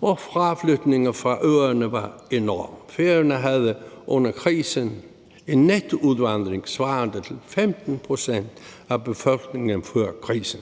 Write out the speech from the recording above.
og fraflytningen fra øerne var enorm. Færøerne havde under krisen en nettoudvandring svarende til 15 pct. af befolkningen før krisen.